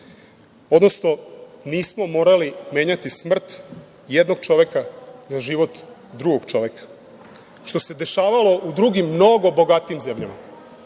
odnosno nismo morali menjati smrt jednog čovek za život drugog čoveka, što se dešavalo u drugim mnogo bogatijim zemljama